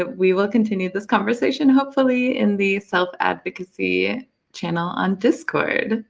but we will continue this conversation hopefully in the self-advocacy channel on discord.